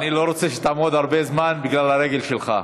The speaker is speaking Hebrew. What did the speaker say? אני לא רוצה שתעמוד הרבה זמן, בגלל הרגל שלך.